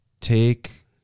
Take